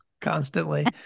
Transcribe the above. constantly